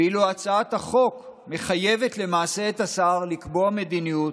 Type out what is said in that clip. ואילו הצעת החוק מחייבת למעשה את השר לקבוע מדיניות